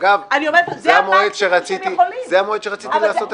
אגב, זה המועד שרציתי לעשות בו את הפיזור.